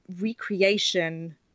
recreation